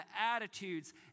attitudes